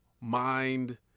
mind